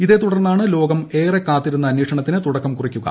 ഇതേ തുടർന്നാണ് ലോകം ഏറെ കാത്തിരുന്ന അന്വേഷണത്തിന് തുടക്കം കുറിക്കുക